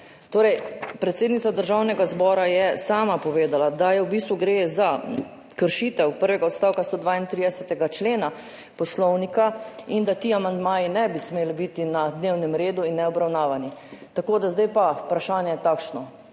Torej, predsednica Državnega zbora je sama povedala, da v bistvu gre za kršitev prvega odstavka 132. člena Poslovnika in da ti amandmaji ne bi smeli biti na dnevnem redu in ne obravnavani. Tako da zdaj pa je vprašanje takšno.